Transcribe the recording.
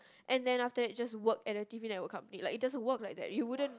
and then after that it just work and relatively at a company it doesn't work like that you wouldn't